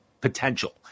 potential